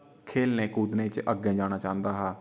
खेलने कूदने च अग्गे जाना चांह्दा हा